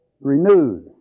renewed